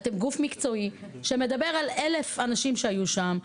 אתם גוף מקצועי שמדבר על 1,000 אנשים שהיו שם,